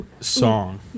song